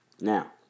Now